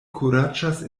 kuraĝas